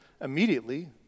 immediately